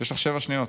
יש לך שבע שניות.